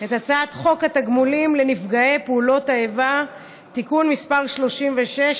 את הצעת חוק התגמולים לנפגעי פעולות איבה (תיקון מס׳ 36),